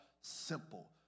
simple